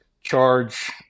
charge